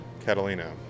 Catalina